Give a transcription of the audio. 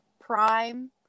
prime